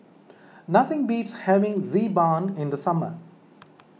nothing beats having Xi Ban in the summer